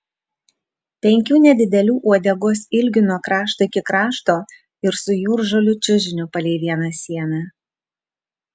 penkių nedidelių uodegos ilgių nuo krašto iki krašto ir su jūržolių čiužiniu palei vieną sieną